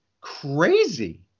crazy